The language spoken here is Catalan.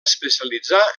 especialitzar